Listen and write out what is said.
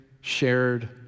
shared